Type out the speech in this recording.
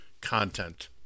content